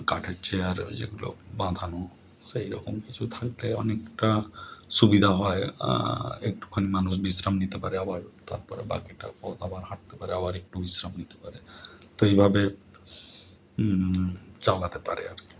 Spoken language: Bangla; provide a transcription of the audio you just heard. কাঠের চেয়ার ওই যেগুলো বাঁধানো সেই রকম কিছু থাকলে অনেকটা সুবিধা হয় একটুখানি মানুষ বিশ্রাম নিতে পারে আবার তারপরে বাকিটা পথ আবার হাঁটতে পারে আবার একটু বিশ্রাম নিতে পারে তো এইভাবে চালাতে পারে আর কি